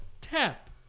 tap